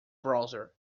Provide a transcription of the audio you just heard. browser